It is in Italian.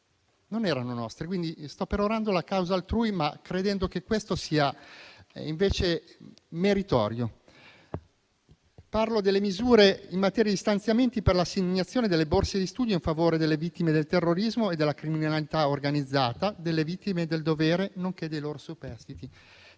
non erano neanche nostri (sto perorando la causa altrui, credendo che sia meritoria). Parlo delle misure in materia di stanziamenti per l'assegnazione di borse di studio in favore delle vittime del terrorismo e della criminalità organizzata, delle vittime del dovere, nonché dei loro superstiti.